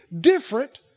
different